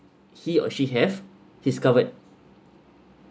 he or she have he's covered